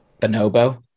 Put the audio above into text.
Bonobo